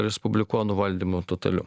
respublikonų valdymu totaliu